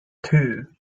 two